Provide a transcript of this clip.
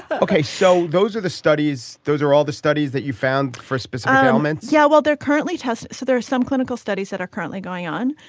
ok so those are the studies. those are all the studies that you found. for a specific moment yeah well they're currently test so there are some clinical studies that are currently going on.